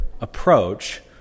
approach